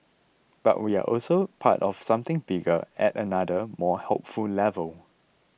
but we are also part of something bigger at another more hopeful level